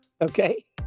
Okay